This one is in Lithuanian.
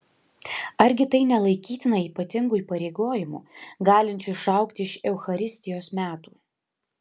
argi tai nelaikytina ypatingu įpareigojimu galinčiu išaugti iš eucharistijos metų